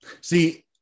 see